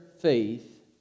faith